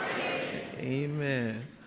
Amen